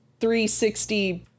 360